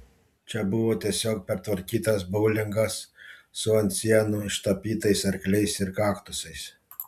čia buvo tiesiog pertvarkytas boulingas su ant sienų ištapytais arkliais ir kaktusais